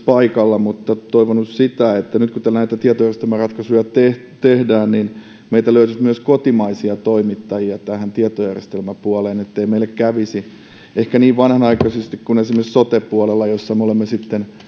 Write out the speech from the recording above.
paikalla sitä että nyt kun näitä tietojärjestelmäratkaisuja tehdään niin meiltä löytyisi myös kotimaisia toimittajia tähän tietojärjestelmäpuoleen ettei meille ehkä kävisi niin vanhanaikaisesti kuin esimerkiksi sote puolella jossa me olemme